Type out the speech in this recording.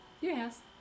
Yes